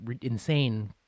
insane